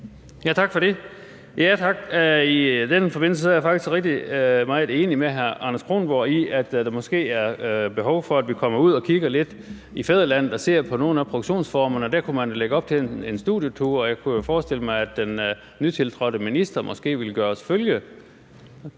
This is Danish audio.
Tak for det. I den forbindelse er jeg faktisk meget enig med hr. Anders Kronborg i, at der måske er behov for, at vi kommer ud og kigger lidt i fædrelandet og ser på nogle af produktionsformerne. Der kunne man lægge op til en studietur. Jeg kunne jo forestille mig, at den nytiltrådte minister måske ville gøre os følge.